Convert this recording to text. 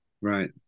Right